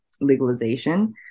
legalization